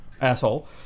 Asshole